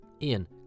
Ian